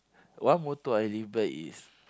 one motto I live by is